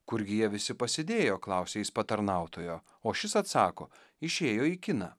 kurgi jie visi pasidėjo klausia jis patarnautojo o šis atsako išėjo į kiną